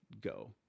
go